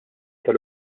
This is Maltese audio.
tal